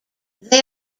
they